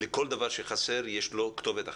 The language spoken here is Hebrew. לכל דבר שחסר יש לו כתובת אחת,